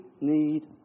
need